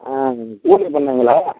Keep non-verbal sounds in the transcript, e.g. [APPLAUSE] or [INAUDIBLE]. ஆ [UNINTELLIGIBLE] பண்ணைங்களா